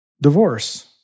divorce